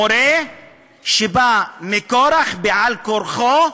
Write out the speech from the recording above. מורה שבא מכורח, בעל-כורחו,